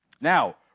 Now